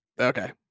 Okay